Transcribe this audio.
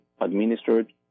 administered